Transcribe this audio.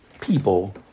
people